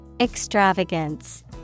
Extravagance